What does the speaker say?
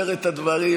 אומר את הדברים,